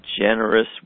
generous